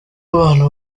abantu